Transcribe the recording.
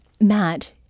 Matt